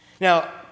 Now